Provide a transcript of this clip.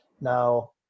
now